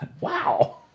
Wow